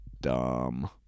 dumb